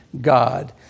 God